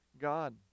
God